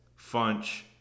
Funch